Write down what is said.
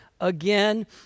again